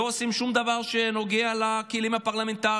לא עושים שום דבר שנוגע לכלים הפרלמנטריים.